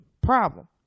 problem